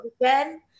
again